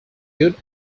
good